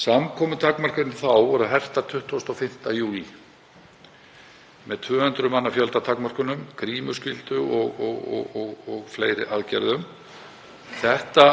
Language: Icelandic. Samkomutakmarkanir þá voru hertar 25. júlí með 200 manna fjöldatakmörkunum, grímuskyldu og fleiri aðgerðum. Þetta